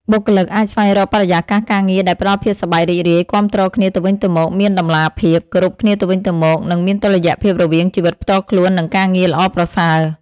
បុគ្គលិកអាចស្វែងរកបរិយាកាសការងារដែលផ្តល់ភាពសប្បាយរីករាយ គាំទ្រគ្នាទៅវិញទៅមក មានតម្លាភាព គោរពគ្នាទៅវិញទៅមក និងមានតុល្យភាពរវាងជីវិតផ្ទាល់ខ្លួន និងការងារ ល្អប្រសើរ។